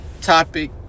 topic